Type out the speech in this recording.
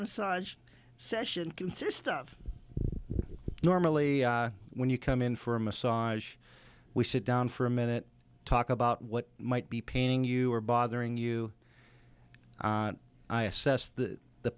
massage session consist of normally when you come in for a massage we sit down for a minute talk about what might be paying you or bothering you i assess the